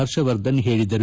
ಹರ್ಷವರ್ಧನ್ ಹೇಳಿದರು